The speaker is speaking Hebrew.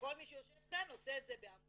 כל מי שיושב כאן עושה את זה בעמותה,